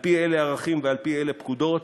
על-פי אילו ערכים ועל-פי אילו פקודות,